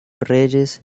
reyes